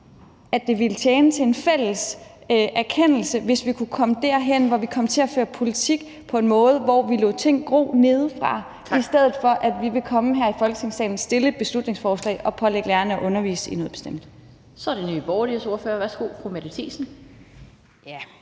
at det ville tjene os godt, hvis vi kunne komme derhen, hvor vi kom til at føre politik på en måde, hvor vi lod ting gro nedefra, i stedet for at komme her i Folketingssalen og fremsætte et beslutningsforslag og pålægge lærerne at undervise i noget bestemt. Kl. 11:37 Den fg. formand (Annette Lind): Så er det fru Mette Thiesen